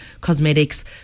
cosmetics